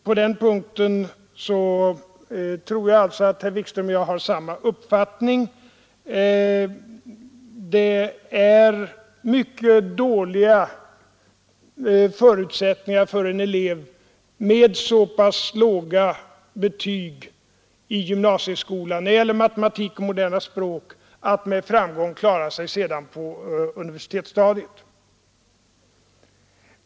På den punkten tror jag alltså att herr Wikström och jag har samma uppfattning. Det är mycket dåliga förutsättningar för en elev med så pass låga betyg i gymnasieskolan när det gäller matematik och moderna språk att med framgång klara sig på universitetsstadiet.